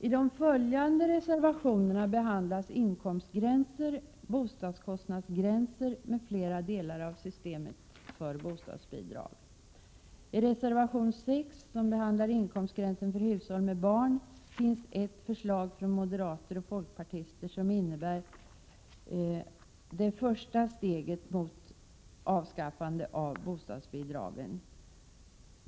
I de följande reservationerna behandlas inkomstgränser, bostadskostnadsgränser m.m. när det gäller systemet för bostadsbidrag. I reservation 6, som handlar om inkomstgränsen för hushåll med barn, finns det ett förslag från moderater och folkpartister, vilket innebär det första steget mot ett avskaffande av bostadsbidragen.